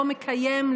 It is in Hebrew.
לא מקיים,